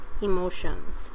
emotions